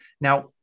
Now